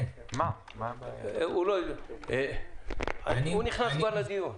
אתה נכנס כבר לדיון.